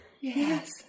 Yes